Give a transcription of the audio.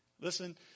Listen